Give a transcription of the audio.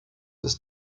bis